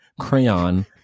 crayon